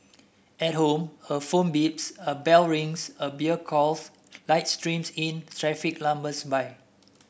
at home a phone beeps a bell rings a beer calls light streams in traffic lumbers by